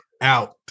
out